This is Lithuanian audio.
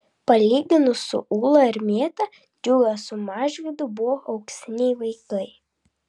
palyginus su ūla ir mėta džiugas su mažvydu buvo auksiniai vaikai